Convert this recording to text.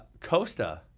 Costa